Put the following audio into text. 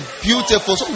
beautiful